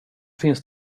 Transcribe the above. finns